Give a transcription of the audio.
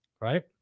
right